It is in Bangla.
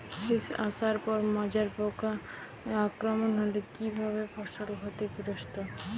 শীষ আসার পর মাজরা পোকার আক্রমণ হলে কী ভাবে ফসল ক্ষতিগ্রস্ত?